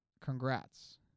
congrats